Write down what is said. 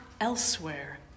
elsewhere